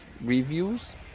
reviews